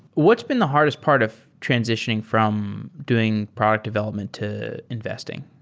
what's been the hardest part of transitioning from doing product development to investing?